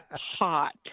hot